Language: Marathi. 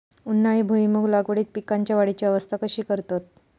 उन्हाळी भुईमूग लागवडीत पीकांच्या वाढीची अवस्था कशी करतत?